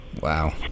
Wow